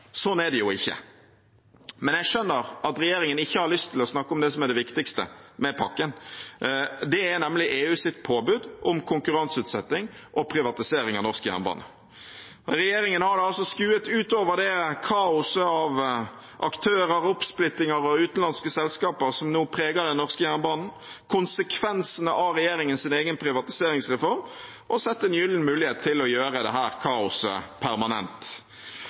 Sånn er det jo ikke. Men jeg skjønner at regjeringen ikke har lyst til å snakke om det som er det viktigste med pakken. Det er nemlig EUs påbud om konkurranseutsetting og privatisering av norsk jernbane. Regjeringen har da skuet utover det kaoset av aktører, oppsplittinger og utenlandske selskaper som nå preger den norske jernbanen, konsekvensene av regjeringens egen privatiseringsreform, og sett en gyllen mulighet til å gjøre dette kaoset permanent.